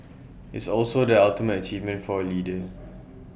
it's also the ultimate achievement for A leader